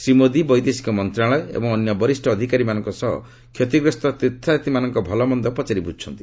ଶ୍ରୀ ମୋଦି ବୈଦେଶିକ ମନ୍ତ୍ରଣାଳୟ ଏବଂ ଅନ୍ୟ ବରିଷ୍ଠ ଅଧିକାରୀମାନଙ୍କ ସହ କ୍ଷତିଗ୍ରସ୍ତ ତୀର୍ଥଯାତ୍ରୀମାନଙ୍କ ଭଲମନ୍ଦ ପଚାରି ବୁଝୁଛନ୍ତି